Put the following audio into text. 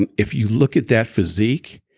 and if you look at that physique,